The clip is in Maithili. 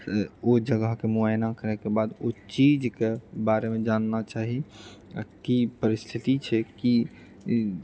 ओ जगहके मुआयना करैके बाद ओ चीजके बारेमे जानना चाही आ कि परिस्थिति छै कि